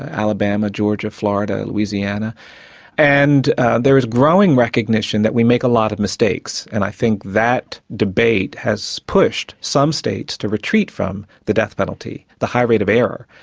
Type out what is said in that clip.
ah alabama, georgia, florida, louisiana and there's growing recognition that we make a lot of mistakes, and i think that debate has pushed some states to retreat from the death penalty the high rate of error,